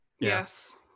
Yes